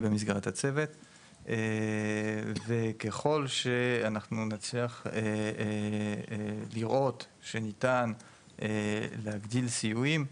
במסגרת הצוות וככול שאנחנו נצליח לראות שניתן להגדיל סיועים,